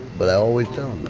but i always tell um